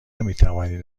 میتوانید